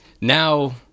now